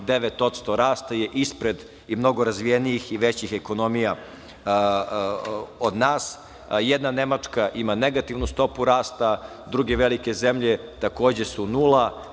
3,9% rasta je ispred i mnogo razvijenih i većih ekonomija od nas. Jedna Nemačka ima negativnu stopu rasta, druge velike zemlje takođe su nula.